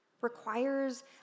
requires